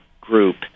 group